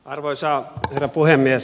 arvoisa herra puhemies